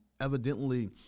evidently